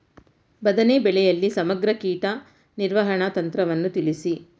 ಬದನೆ ಬೆಳೆಯಲ್ಲಿ ಸಮಗ್ರ ಕೀಟ ನಿರ್ವಹಣಾ ತಂತ್ರವನ್ನು ತಿಳಿಸಿ?